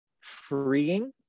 freeing